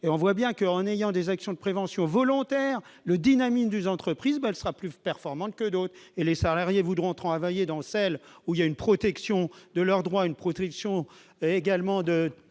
et on voit bien que, en ayant des actions de prévention volontaire le dynamisme des entreprises, elle sera plus performantes que d'autres et les salariés voudront travailler dans celles où il y a une protection de leurs droits à une protection également de